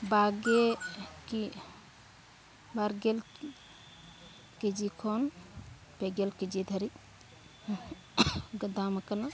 ᱵᱟᱜᱮ ᱵᱟᱨ ᱜᱮᱞ ᱠᱮᱡᱤ ᱠᱷᱚᱱ ᱯᱮ ᱜᱮᱞ ᱠᱮᱡᱤ ᱫᱷᱟᱹᱨᱤᱡ ᱫᱟᱢ ᱠᱟᱱᱟ